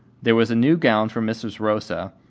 there was a new gown for mrs. rosa,